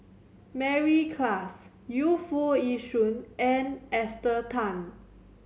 Mary Klass Yu Foo Yee Shoon and Esther Tan